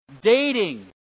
dating